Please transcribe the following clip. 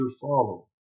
follow